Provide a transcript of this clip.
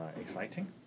exciting